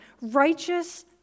righteous